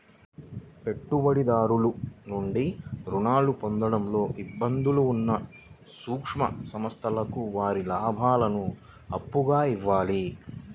పెట్టుబడిదారుల నుండి రుణాలు పొందడంలో ఇబ్బందులు ఉన్న సూక్ష్మ సంస్థలకు వారి లాభాలను అప్పుగా ఇవ్వాలి